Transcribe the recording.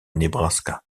nebraska